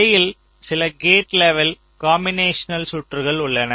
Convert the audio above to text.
இடையில் சில gate level combinational சுற்றுகள் உள்ளன